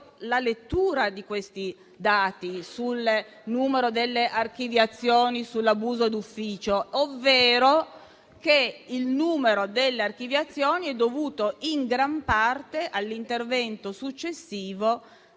la lettura di questi dati sul numero delle archiviazioni sull'abuso d'ufficio, ovvero che il numero delle archiviazioni è dovuto in gran parte all'intervento successivo